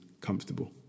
comfortable